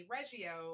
Reggio